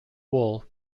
wool